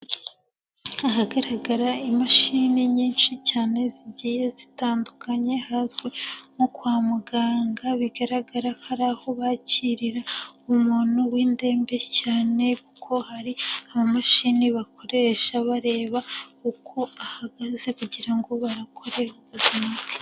Ahagaragara imashini nyinshi cyane zigiye zitandukanye, hazwi nko kwa muganga bigaragara ko ari aho bakirira umuntu w'indembe cyane, kuko hari amamashini bakoresha bareba uko ahagaze kugira ngo bakore ubuzima.